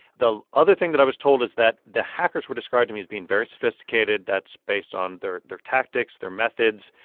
the other thing that i was told is that the hackers were described to me as being very sophisticated. that's based on their their tactics, their methods.